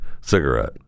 cigarette